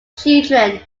children